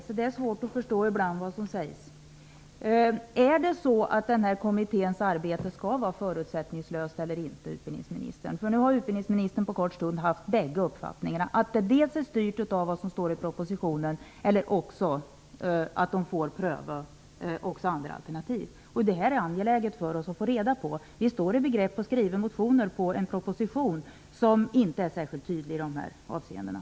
Herr talman! Ja, vi är ense om att det ibland är svårt att förstå vad som sägs. Skall den här kommitténs arbete vara förutsättningslöst eller inte, utbildningsministern? Nu har utbildningsministern på kort stund haft bägge uppfattningarna. Han har sagt dels att arbetet är styrt av vad som står i propositionen, dels att kommittén får pröva också andra alternativ. Det här är angeläget för oss att få reda på. Vi står i begrepp att väcka motioner utifrån en proposition som inte är särskilt tydlig i de här avseendena.